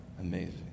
amazing